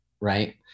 Right